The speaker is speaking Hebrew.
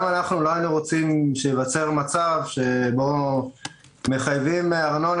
רוצים שייווצר מצב שבו מחייבים ארנונה